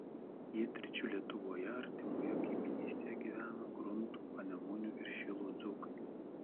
pietryčių lietuvoje artimoje kaimynystėje gyvena gruntų panemunių ir šilų dzūkai